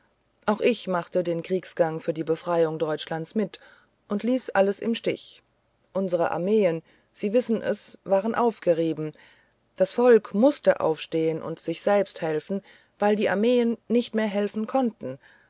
auch ich machte den kriegsgang für die befreiung deutschlands mit und ließ alles im stich unsere armeen sie wissen es waren aufgerieben das volk mußte aufstehen und sich selbst helfen weil die armeen nicht mehr helfen konnten